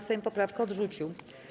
Sejm poprawkę odrzucił.